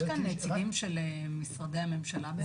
יש כאן נציגים של משרדי הממשלה?